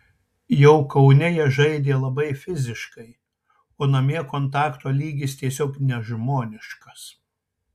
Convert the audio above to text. jau kaune jie žaidė labai fiziškai o namie kontakto lygis tiesiog nežmoniškas